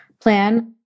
plan